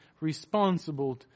responsible